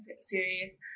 series